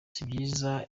sibyiza